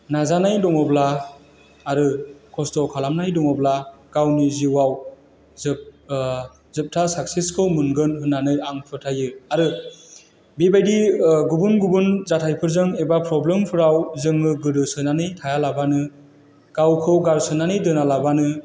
नाजानाय दङब्ला आरो खस्थ' खालामनाय दङब्ला गावनि जिउआव जोबथा साक्सेसखौ मोनगोन होननानै आं फोथायो आरो बेबायदि गुबुन गुबुन जाथायफोरजों एबा प्रब्लेमफोराव जोङो गोदोसोनानै थायालाबानो गावखौ गारसोनानै दोनालाबानो